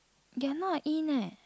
you're not in eh